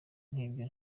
nk’ibyo